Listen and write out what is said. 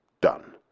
Done